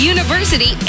University